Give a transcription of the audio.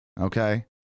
okay